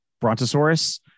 brontosaurus